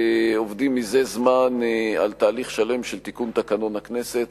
עובדים מזה זמן על תהליך שלם של תיקון תקנון הכנסת.